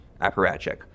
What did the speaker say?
apparatchik